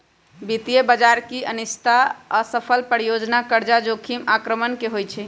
वित्तीय बजार की अनिश्चितता, असफल परियोजना, कर्जा जोखिम आक्रमण से होइ छइ